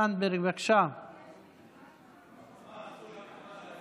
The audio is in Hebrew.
אצלנו ל-24% מהמשפחות יש אדם עם